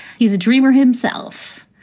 he's a dreamer himself.